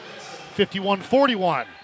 51-41